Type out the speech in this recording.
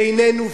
בעינינו,